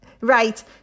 Right